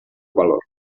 valor